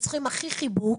שצריכים הכי חיבוק,